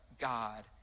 God